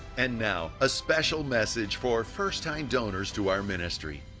and now a special message for first time donors to our ministry.